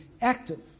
active